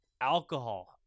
Alcohol